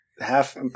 half